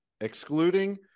excluding